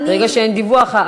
ברגע שאין דיווח,